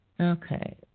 Okay